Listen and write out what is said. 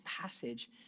passage